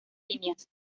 líneas